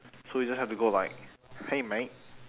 so we just have to go like hey mate